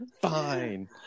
fine